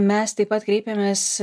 mes taip pat kreipėmės